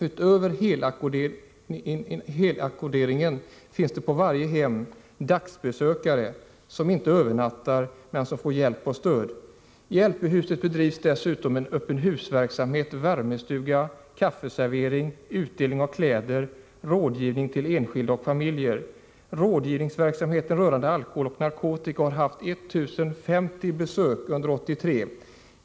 Utöver helinackorderingarna finns det på varje hem dagsbesökare som inte övernattar men som får hjälp och stöd. I LP-huset bedrivs dessutom en öppet-hus-verksamhet, värmestuga, kaffeservering, utdelning av kläder samt rådgivning till enskilda och familjer. Rådgivningsverksamheten rörande alkohol och narkotika har haft 1 050 besök under 1983.